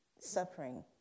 suffering